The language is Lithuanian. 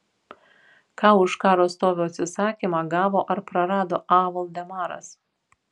ką už karo stovio atsisakymą gavo ar prarado a voldemaras